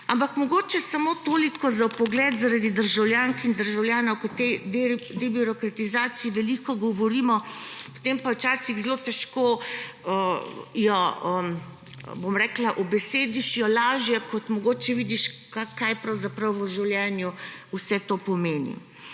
Ampak mogoče samo toliko za vpogled zaradi državljank in državljanov, ker o tej debirokratizaciji veliko govorimo, potem pa jo včasih, bi rekla, ubesediš lažje, ko mogoče vidiš, kaj pravzaprav v življenju vse to pomeni.